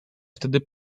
wtedy